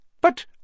But